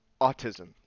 autism